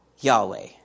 Yahweh